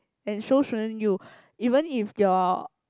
and so shouldn't you even if your